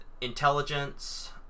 intelligence